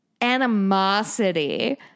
animosity